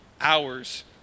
hours